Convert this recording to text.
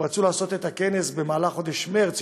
הם רצו לעשות את הכנס בחודש מרס,